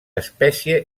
espècie